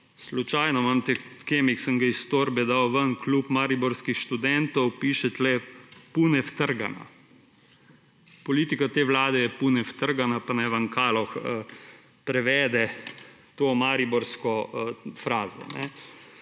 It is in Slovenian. kemik, ki sem ga iz torbe dal ven, klub mariborskih študentov, piše tukaj »pune vtrgana«. Politika te vlade je »pune vtrgana«, pa naj vam Kaloh prevede to mariborsko frazo.